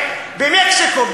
במקסיקו,